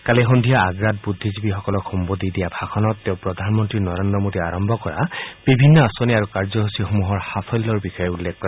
কালি সদ্ধিয়া আগ্ৰাত বুদ্ধিজীৱিসকলক সম্বোধি দিয়া ভাষণত তেওঁ প্ৰধানমন্তী নৰেন্দ্ৰ মোডীয়ে আৰম্ভ কৰা বিভিন্ন আঁচনি আৰু কাৰ্যসূচীসমূহ সফলতা লাভ কৰাৰ বিষয়ে উল্লেখ কৰে